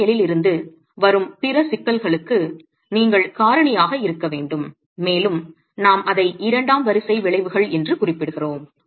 வடிவியலில் இருந்து வரும் பிற சிக்கல்களுக்கு நீங்கள் காரணியாக இருக்க வேண்டும் மேலும் நாம் அதை இரண்டாம் வரிசை விளைவுகள் என்று குறிப்பிடுகிறோம்